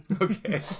Okay